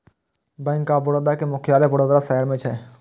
bank of Baroda के मुख्यालय वडोदरा शहर मे छै